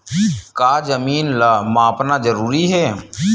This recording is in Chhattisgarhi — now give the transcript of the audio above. का जमीन ला मापना जरूरी हे?